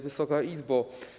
Wysoka Izbo!